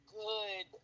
good